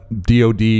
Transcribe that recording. DOD